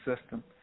system